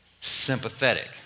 sympathetic